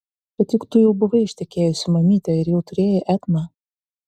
bet juk tu jau buvai ištekėjusi mamyte ir jau turėjai etną